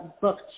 Book